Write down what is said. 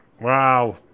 Wow